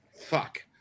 Fuck